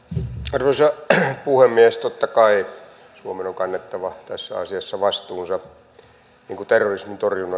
arvoisa puhemies totta kai suomen on kannettava tässä asiassa vastuunsa niin kuin terrorismin torjunnassa